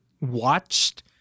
watched